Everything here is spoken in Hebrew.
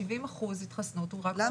ה-70% התחסנות הוא רק ברשויות האדומות.